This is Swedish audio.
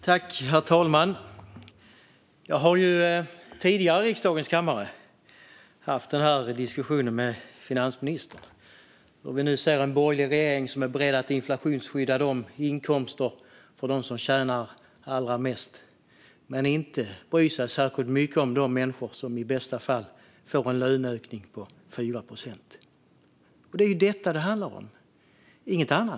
Herr talman! Jag har haft den här diskussionen med finansministern i riksdagens kammare tidigare. Vi ser nu en borgerlig regering som är beredd att inflationsskydda inkomsterna för dem som tjänar allra mest men inte bryr sig om de människor som i bästa fall får en löneökning på 4 procent. Det är ju detta det handlar om, inget annat.